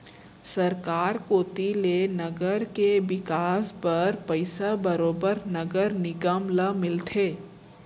सरकार कोती ले नगर के बिकास बर पइसा बरोबर नगर निगम ल मिलथे